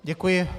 Děkuji.